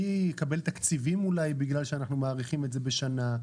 מי אולי יקבל תקציבים בגלל שאנחנו מאריכים את זה בשנה?